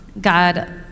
God